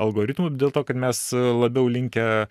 algoritmų dėl to kad mes labiau linkę